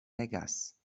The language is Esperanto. legas